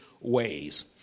ways